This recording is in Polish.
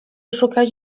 szukać